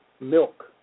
milk